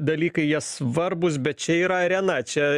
dalykai jie svarbūs bet čia yra arena čia